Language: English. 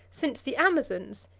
since the amazons,